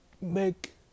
Make